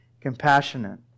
Compassionate